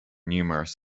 numerous